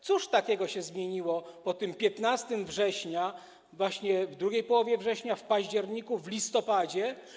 Cóż takiego się zmieniło po tym 15 września, właśnie w drugiej połowie września, w październiku, w listopadzie?